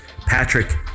Patrick